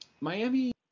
Miami